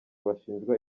bashinjwa